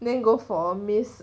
main go for miss